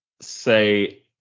say